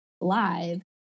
live